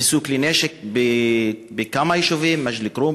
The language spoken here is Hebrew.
נתפסו כלי נשק בכמה יישובים: מג'ד-אלכרום,